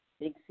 big